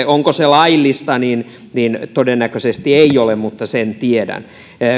onko se laillista niin niin todennäköisesti ei ole mutta sen tiedän että näin on